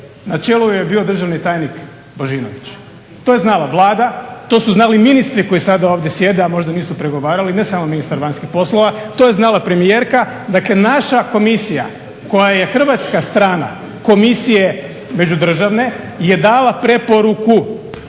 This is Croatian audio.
Na čelu joj je bio državni tajnik Božinović. To je znala Vlada. To su znali i ministri koji sada ovdje sjede, a možda nisu pregovarali, ne samo ministar vanjskih poslova. To je znala premijerka. Dakle, naša Komisija koja je hrvatska strana komisije međudržavne je dala preporuku